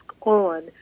on